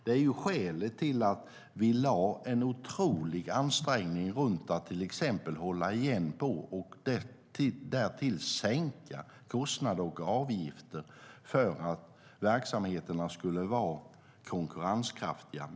Det är skälet till att vi gjorde mycket stora ansträngningar för att till exempel hålla igen på, och dessutom sänka, kostnader och avgifter så att verksamheterna skulle vara konkurrenskraftiga.